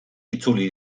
itzuli